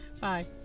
Bye